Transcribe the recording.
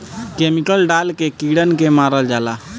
chemical डाल के कीड़न के मारल जाला